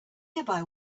nearby